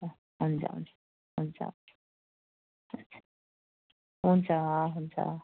हुन्छ हुन्छ हुन्छ हुन्छ हुन्छ